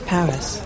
Paris